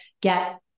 get